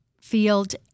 Field